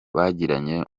bagiranye